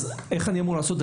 איך אני אמור לעשות?